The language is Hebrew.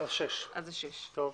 ברשותכם,